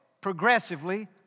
progressively